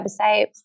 website